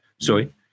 sorry